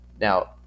Now